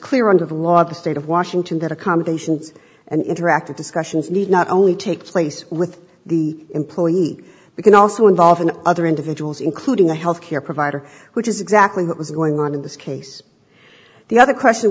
clear under the law of the state of washington that accommodations and interactive discussions need not only take place with the employer we can also involve an other individuals including a health care provider which is exactly what was going on in this case the other question